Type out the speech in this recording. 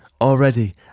Already